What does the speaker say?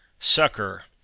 Sucker